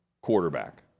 quarterback